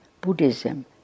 Buddhism